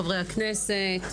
לחברי הכנסת,